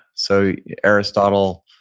so aristotle.